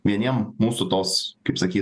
vieniem mūsų tos kaip sakyt